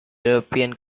european